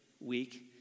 week